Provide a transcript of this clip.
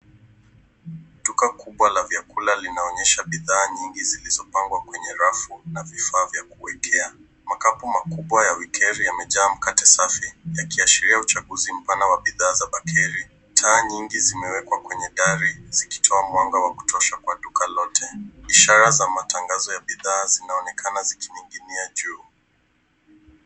Duka kubwa la vyakula linaonyesha bidhaa nyingi zilizopangwa kwenye rafu na vifaa vya kuwekea. Makapu makubwa ya bakery yamejaa mkate safi, yakiashiria uchaguzi mpana wa bidhaa za bakery . Taa nyingi zimewekwa kwenye dari, zikitoa mwanga wa kutosha kwa duka lote. Ishara za matangazo ya bidhaa zinaonekana zikining'inia juu.